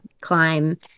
climb